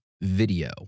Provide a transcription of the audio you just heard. video